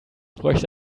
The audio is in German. bräuchte